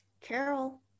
Carol